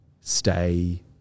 stay